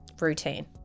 routine